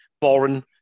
Boring